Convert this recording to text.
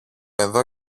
εδώ